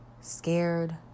scared